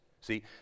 See